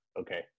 Okay